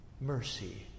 Mercy